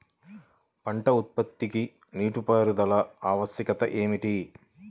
పంట ఉత్పత్తికి నీటిపారుదల ఆవశ్యకత ఏమిటీ?